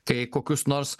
kai kokius nors